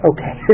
Okay